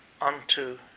unto